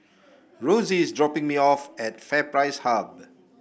Rosey is dropping me off at FairPrice Hub